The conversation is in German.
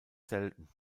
selten